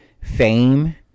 fame